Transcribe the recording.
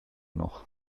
noch